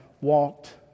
walked